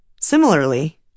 Similarly